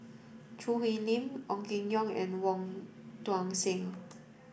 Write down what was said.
Choo Hwee Lim Ong Keng Yong and Wong Tuang Seng